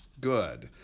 good